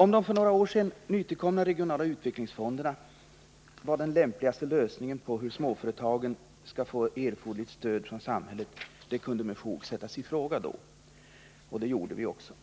Om de för några år sedan tillkomna utvecklingsfonderna var den lämpligaste lösningen av problemet om hur småföretagen skulle få erforderligt stöd från samhället kunde med fog sättas i fråga då — det gjorde vi också.